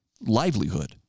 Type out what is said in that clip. livelihood